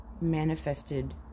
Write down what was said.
Manifested